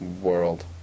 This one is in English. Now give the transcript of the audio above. World